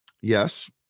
Yes